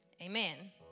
Amen